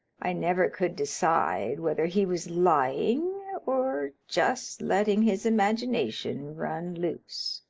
i never could decide whether he was lying or just letting his imagination run loose.